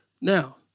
Now